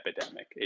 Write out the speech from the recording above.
epidemic